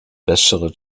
bessere